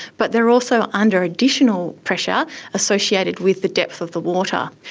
but they are also under additional pressure associated with the depth of the water.